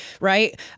Right